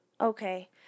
Okay